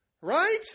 Right